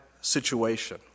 situation